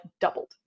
doubled